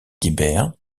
guibert